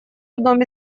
одном